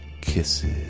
kisses